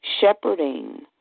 shepherding